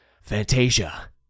Fantasia